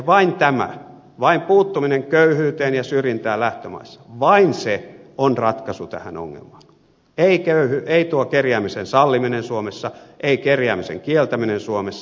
vain tämä vain puuttuminen köyhyyteen ja syrjintään lähtömaissa vain se on ratkaisu tähän ongelmaan ei kerjäämisen salliminen suomessa ei kerjäämisen kieltäminen suomessa